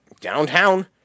downtown